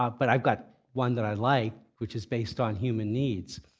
ah but i've got one that i like, which is based on human needs.